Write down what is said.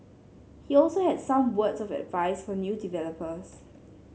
he also had some words of advice for new developers